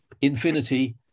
infinity